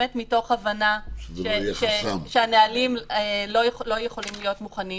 מתוך הבנה שהנהלים לא יכולים להיות מוכנים